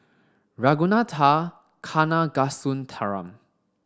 Ragunathar Kanagasuntheram